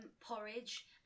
porridge